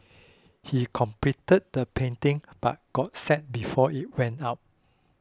he completed the painting but got sacked before it went up